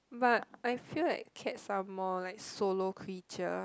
but I feel like cats are more like solo creature